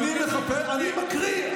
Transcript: אני מקריא.